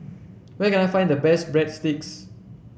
where can I find the best Breadsticks